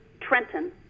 Trenton